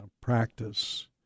practice